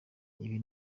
ibi